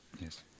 Yes